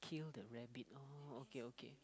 kill the rabbit oh okay okay